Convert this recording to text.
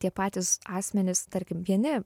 tie patys asmenys tarkim vieni